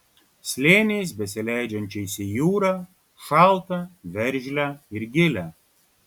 slėniais besileidžiančiais į jūrą šaltą veržlią ir gilią